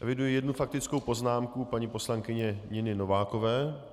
Eviduji jednu faktickou poznámku paní poslankyně Niny Novákové.